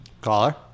Caller